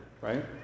right